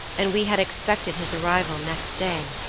and we had expected his arrival next day.